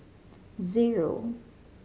zero